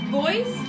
boys